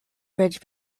bridge